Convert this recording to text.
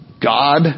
God